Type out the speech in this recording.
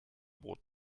brot